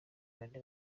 bane